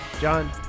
John